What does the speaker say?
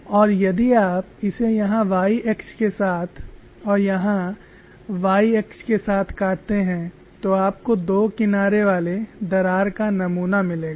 और यदि आप इसे यहाँ y अक्ष के साथ और यहाँ y अक्ष के साथ काटते हैं तो आपको दो किनारे वाले दरार का नमूना मिलेगा